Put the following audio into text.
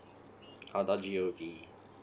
oh dot G O V